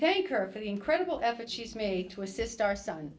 thank her for the incredible effort she has made to assist our son